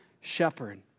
shepherd